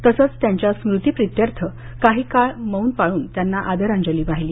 तसंच त्यांच्या स्मृतिप्रित्यर्थ काही काळ मौन पाळून त्यांना आदरांजली वाहिली